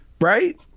right